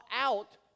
out